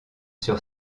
sur